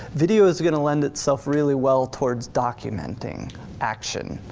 video is gonna lend itself really well towards documenting action,